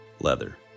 leather